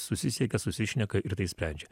susisiekia susišneka ir tai sprendžia